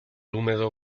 húmedo